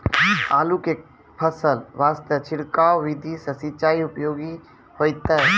आलू के फसल वास्ते छिड़काव विधि से सिंचाई उपयोगी होइतै?